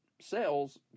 sales